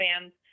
fans